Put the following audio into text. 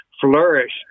flourish